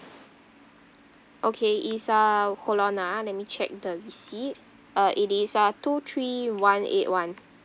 okay it's uh hold on ah let me check the receipt uh it is uh two three one eight one